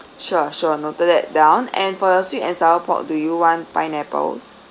sure sure noted that down and for your sweet and sour pork do you want pineapples